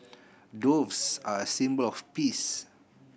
doves are a symbol of peace